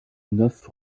neuf